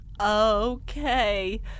Okay